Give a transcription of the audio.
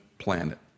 planet